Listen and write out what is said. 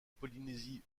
polynésie